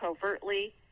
covertly